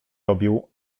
robił